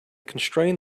constrain